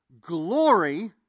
Glory